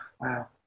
wow